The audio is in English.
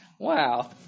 Wow